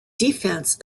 defense